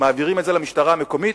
מעבירים את זה למשטרה המקומית,